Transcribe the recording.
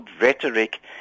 rhetoric